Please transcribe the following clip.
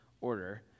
order